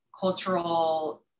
cultural